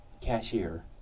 cashier